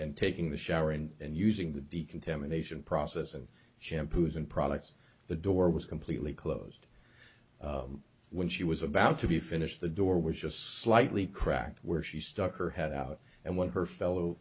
and taking the shower and using the decontamination process of shampoos and products the door was completely closed when she was about to be finished the door was just slightly cracked where she stuck her head out and when her fellow